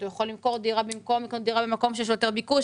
הוא יכול למכור דירה במקום לקנות דירה במקום שיש בו יותר ביקוש.